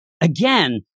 again